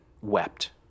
wept